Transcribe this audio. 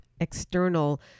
external